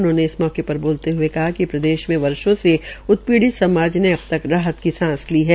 उन्होंने इस मौके पर बोलते हये कहा कि प्रदेश में वर्षो से उत्पीडि़त समाज ने अब राहत की सांत ली है